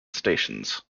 stations